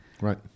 Right